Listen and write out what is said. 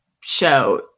show